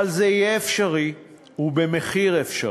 אבל זה יהיה אפשרי ובמחיר אפשרי.